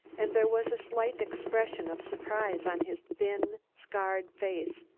and there was a slight expression of surprise on his thin scarred face.